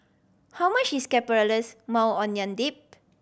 how much is Caramelized Maui Onion Dip